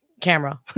camera